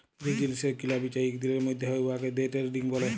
যে জিলিসের কিলা বিচা ইক দিলের ম্যধে হ্যয় উয়াকে দে টেরেডিং ব্যলে